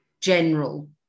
general